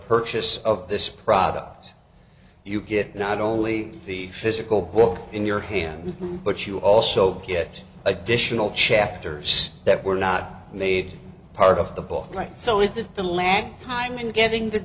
purchase of this product you get not only the physical book in your hand but you also get additional chapters that were not made part of the book right so is that the land time in getting the